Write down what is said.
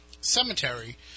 cemetery